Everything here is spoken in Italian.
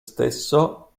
stesso